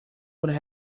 would